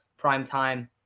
primetime